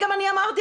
אני אמרתי,